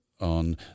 on